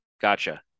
Gotcha